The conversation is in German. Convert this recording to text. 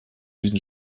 diesen